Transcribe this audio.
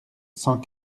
cent